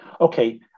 Okay